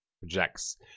projects